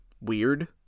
weird